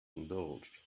indulged